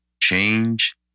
Change